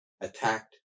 attacked